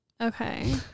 Okay